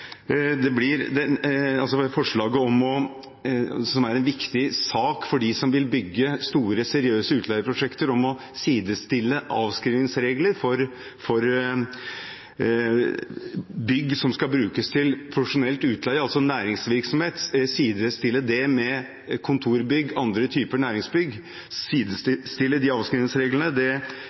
Forslaget er en viktig sak for dem som vil bygge store, seriøse utleieprosjekter, og går ut på å sidestille avskrivningsreglene for bygg som skal brukes til profesjonell utleie, altså næringsvirksomhet, med avskrivningsreglene for kontorbygg og andre typer næringsbygg. Å sidestille de